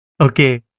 Okay